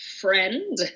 friend